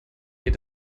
geht